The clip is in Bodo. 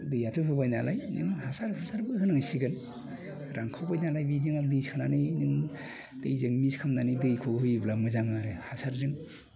दैयाथ' बोबाय नालाय नों हासार हुसारबो होनांसिगोन रानखावबाय नालाय बे जिङाव दै सानानै नों दैजों मिक्स खालामनानै दैखौ होयोबा मोजां आरो हासारजों